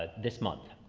ah this month.